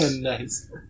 Nice